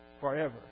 Forever